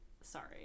Sorry